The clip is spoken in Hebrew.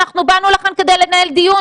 אנחנו באנו לכאן כדי לנהל דיון.